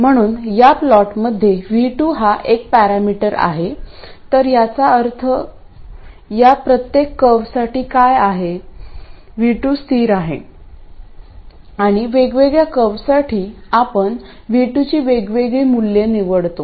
म्हणून या प्लॉटमधे V2 हा एक पॅरामीटर आहे तर याचा अर्थ या प्रत्येक कर्वसाठी काय आहे V2 स्थिर आहे आणि वेगवेगळ्या कर्वसाठी आपण V2 ची वेगवेगळी मूल्ये निवडतो